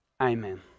Amen